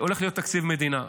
הולך להיות תקציב מדינה,